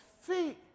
feet